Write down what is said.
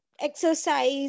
exercise